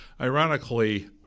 Ironically